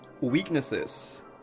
Weaknesses